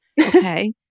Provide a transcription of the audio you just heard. Okay